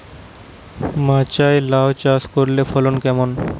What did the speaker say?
মাচায় লাউ চাষ করলে ফলন কেমন?